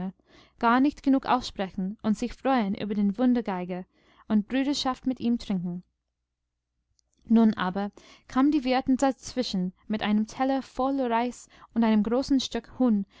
gar nicht genug aussprechen und sich freuen über den wundergeiger und brüderschaft mit ihm trinken nun aber kam die wirtin dazwischen mit einem teller voll reis und einem großen stück